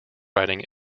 riding